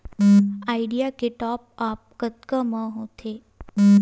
Idea के top up कतका म होथे?